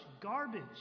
garbage